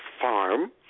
farm